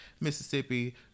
Mississippi